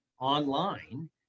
online